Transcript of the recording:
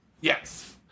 Yes